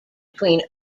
between